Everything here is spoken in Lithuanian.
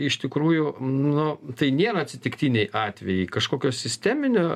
iš tikrųjų nu tai nėra atsitiktiniai atvejai kažkokio sisteminio